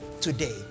today